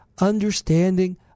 understanding